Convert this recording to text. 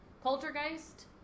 Poltergeist